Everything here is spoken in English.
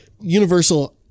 Universal